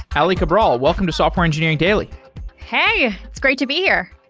aly cabral, welcome to software engineering daily hey! it's great to be here.